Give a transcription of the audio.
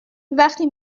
وقتی